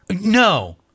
No